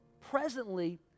presently